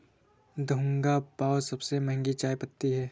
Da Hong Pao सबसे महंगी चाय पत्ती है